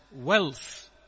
wealth